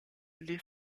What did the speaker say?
les